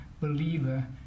believer